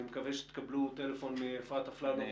אני מקווה שתקבלו טלפון מאפרת אפללו,